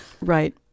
Right